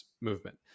movement